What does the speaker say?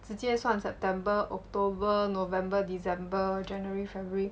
直接算 september october november december january february